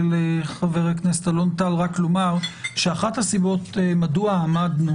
חבר הכנסת אלון טל רק לומר שאחת הסיבות מדוע עמדנו